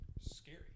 Scary